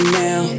now